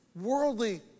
worldly